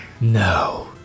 no